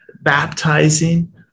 baptizing